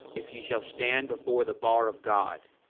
if ye shall stand before the bar of god,